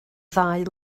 ddau